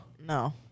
No